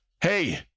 hey